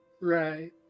Right